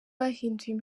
bahinduye